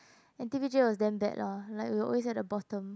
and T_P_J was damn bad lah like we were always at the bottom